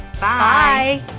Bye